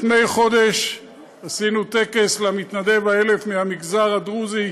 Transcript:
לפני חודש עשינו טקס למתנדב ה-1,000 מהמגזר הדרוזי,